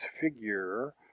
figure